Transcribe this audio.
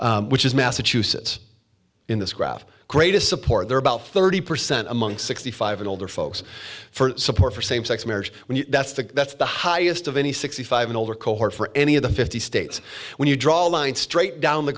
olds which is massachusetts in this graph greatest support there about thirty percent among sixty five and older folks for support for same sex marriage when you that's the that's the highest of any sixty five and older cohort for any of the fifty states when you draw a line straight down the